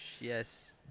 yes